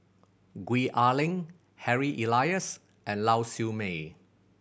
Gwee Ah Leng Harry Elias and Lau Siew Mei